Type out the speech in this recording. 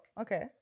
okay